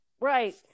Right